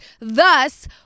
Thus